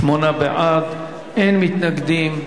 38 בעד, אין מתנגדים,